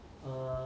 err